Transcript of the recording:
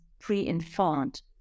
pre-informed